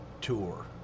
tour